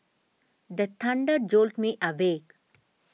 the thunder jolt me awake